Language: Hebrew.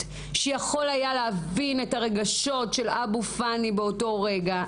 שיכול היה להבין את הרגשות של אבו-פאני באותו רגע.